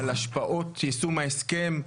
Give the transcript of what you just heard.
על השפעות יישום ההסכם,